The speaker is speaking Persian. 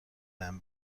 بهم